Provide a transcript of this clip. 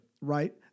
Right